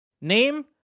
Name